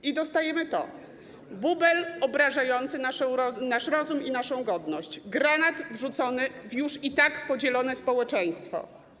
I dostajemy to: bubel obrażający nasz rozum i naszą godność, granat wrzucony w już i tak podzielone społeczeństwo.